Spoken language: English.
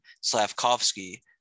Slavkovsky